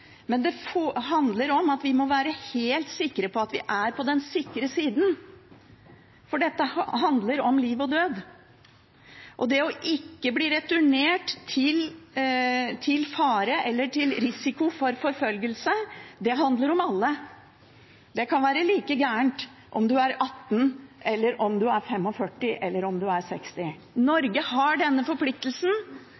men det handler om at vi må være helt sikre på at vi er på den sikre siden, for dette handler om liv og død. Å ikke bli returnert til fare eller risiko for forfølgelse – det handler det om for alle. Det kan være like galt om en er 18 år, 45 år eller om en er 60 år. Norge har denne forpliktelsen. Jeg bare minner om